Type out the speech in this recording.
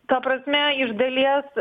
ta prasme iš dalies